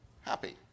happy